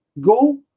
go